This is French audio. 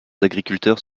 agriculteurs